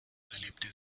erlebte